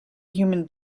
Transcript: human